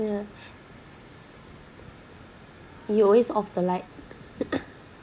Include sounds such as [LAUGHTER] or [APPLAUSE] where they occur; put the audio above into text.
yeah you always off the light [COUGHS]